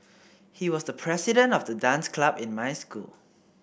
he was the president of the dance club in my school